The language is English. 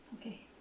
Okay